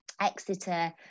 Exeter